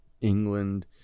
England